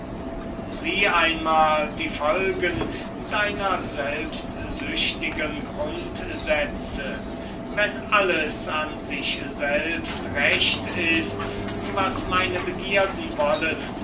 du siehest die folgen deiner grundsätze wenn alles an sich selbst recht ist was meine begierden wollen